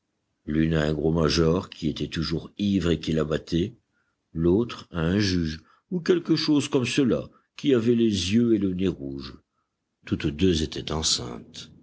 à un gros major qui était toujours ivre et qui la battait l'autre à un juge ou quelque chose comme cela qui avait les yeux et le nez rouges toutes deux étaient enceintes